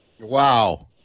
Wow